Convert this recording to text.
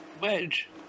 Wedge